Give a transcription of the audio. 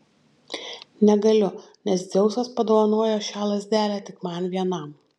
negaliu nes dzeusas padovanojo šią lazdelę tik man vienam